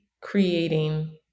creating